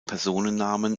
personennamen